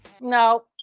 No